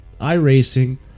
iRacing